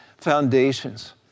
foundations